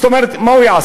זאת אומרת, מה הוא יעשה?